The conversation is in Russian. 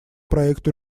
проекту